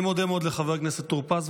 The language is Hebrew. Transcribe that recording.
אני מודה מאוד לחבר הכנסת טור פז,